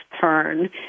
turn